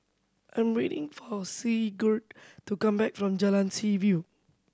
I'm waiting for Sigurd to come back from Jalan Seaview